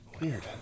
Weird